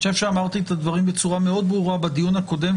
אני חושב שאמרתי את הדברים בצורה מאוד ברורה בדיון הקודם,